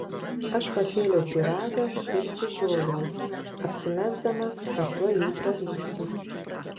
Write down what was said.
aš pakėliau pyragą ir išsižiojau apsimesdama kad tuoj jį prarysiu